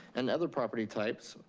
and other property types,